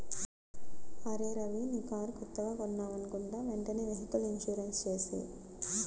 అరేయ్ రవీ నీ కారు కొత్తగా కొన్నావనుకుంటా వెంటనే వెహికల్ ఇన్సూరెన్సు చేసేయ్